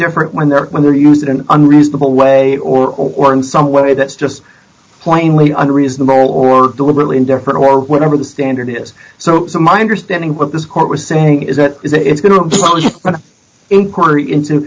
different when they're when they're used in an unreasonable way or or in some way that's just plainly unreasonable or deliberately indifferent or whatever the standard is so it's my understanding what this court was saying is that it's going to run an inquiry into